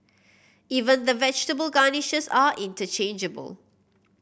even the vegetable garnishes are interchangeable